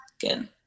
good